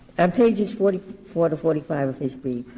and pages forty four to forty five of his brief,